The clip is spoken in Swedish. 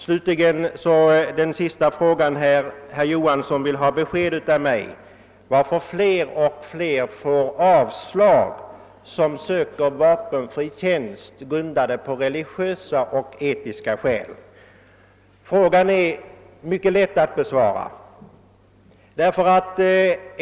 Herr Johansson i Skärstad vill ha besked av mig varför fler och fler av dem som av religiösa och etiska skäl söker vapenfri tjänst får avslag. Frågan är mycket lätt att besvara.